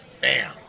bam